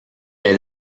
est